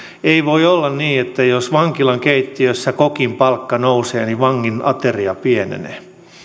ei voi olla niin että jos vankilan keittiössä kokin palkka nousee niin vangin ateria pienenee